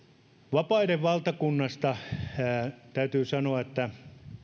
vapaiden valtakunnasta täytyy sanoa että